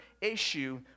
issue